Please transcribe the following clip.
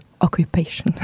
Occupation